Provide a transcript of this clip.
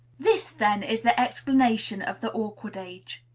this, then, is the explanation of the awkward age.